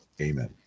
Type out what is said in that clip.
amen